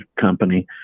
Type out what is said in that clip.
company